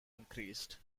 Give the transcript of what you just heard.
increased